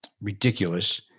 ridiculous